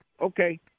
Okay